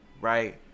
right